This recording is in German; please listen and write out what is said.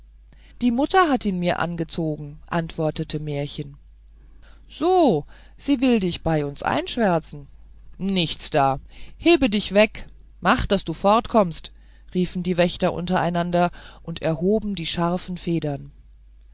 die mutter hat ihn mir angezogen antwortete märchen so sie will dich bei uns einschwärzen nichts da hebe dich weg mach daß du fortkommst riefen die wächter untereinander und erhoben die scharfen federn